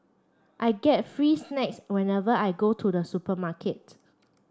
I get free snacks whenever I go to the supermarket